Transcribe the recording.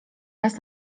raz